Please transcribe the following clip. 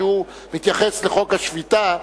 שמתייחס לחוק השפיטה,